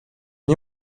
nie